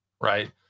right